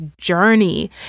journey